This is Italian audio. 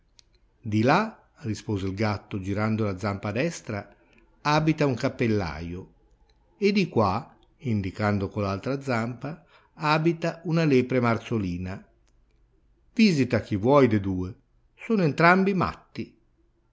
di là rispose il gatto girando la zampa destra abita un cappellaio e di quà indicando con l'altra zampa abita una lepre marzolina visita chi vuoi de due sono entrambi matti